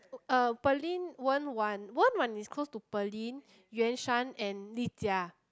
Pearlyn Wen-Wan Wen-Wan is close to Pearlyn Yuan-Shan and Li-Jia